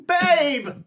babe